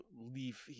leave